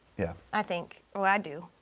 yeah i think. well, i do.